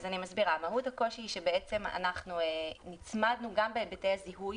מהות הקושי היא שאנחנו נצמדנו בהיבטי הזיהוי